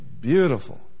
Beautiful